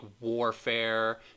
warfare